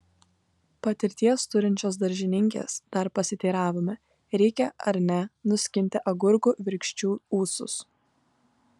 patirties turinčios daržininkės dar pasiteiravome reikia ar ne nuskinti agurkų virkščių ūsus